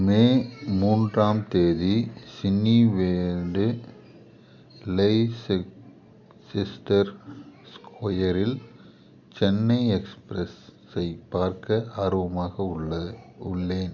மே மூன்றாம் தேதி Cineworld Leicester ஸ்கொயரில் சென்னை எக்ஸ்பிரஸ்ஸைப் பார்க்க ஆர்வமாக உள்ளது உள்ளேன்